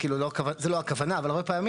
כאילו זה לא הכוונה אבל הרבה פעמים